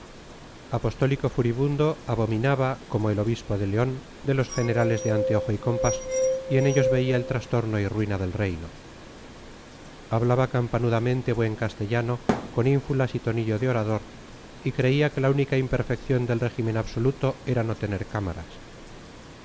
apostólico furibundo abominaba como el obispo de león de los generales de anteojo y compás y en ellos veía el trastorno y ruina del reino hablaba campanudamente buen castellano con ínfulas y tonillo de orador y creía que la única imperfección del régimen absoluto era no tener cámaras